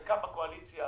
חלקם בקואליציה,